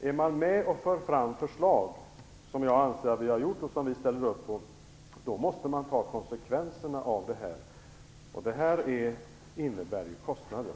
Är man med och lägger fram förslag, som jag anser att vi har gjort, då måste man ta konsekvenserna av vad de innebär i kostnader.